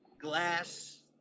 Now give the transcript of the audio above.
glass